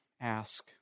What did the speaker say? ask